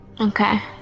Okay